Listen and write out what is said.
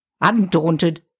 undaunted